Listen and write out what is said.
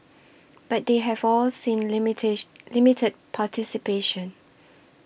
but they have all seen limited limited participation